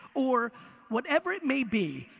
or whatever it may be,